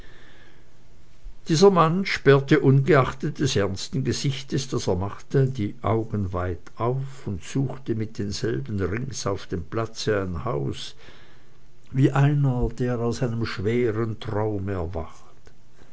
dieser mann sperrte ungeachtet des ernsten gesichtes das er machte die augen weit auf und suchte mit denselben rings auf dem platze ein haus wie einer der aus einem schweren traume erwacht